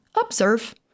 observe